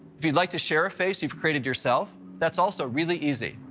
if you'd like to share a face you've created yourself, that's also really easy.